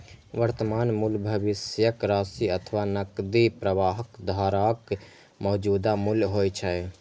वर्तमान मूल्य भविष्यक राशि अथवा नकदी प्रवाहक धाराक मौजूदा मूल्य होइ छै